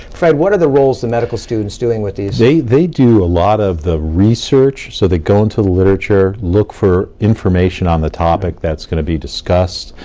fred, what are the roles the medical students doing with these? they do a lot of the research, so they go into the literature, look for information on the topic that's gonna be discussed,